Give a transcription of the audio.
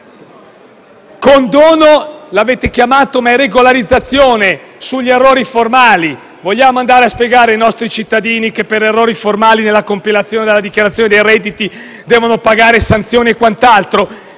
condono, ma è una regolarizzazione degli errori formali. Vogliamo andare a dire ai nostri cittadini che, per errori formali nella compilazione della dichiarazione dei redditi, devono pagare sanzioni? *(Applausi